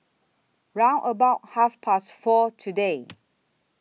round about Half Past four today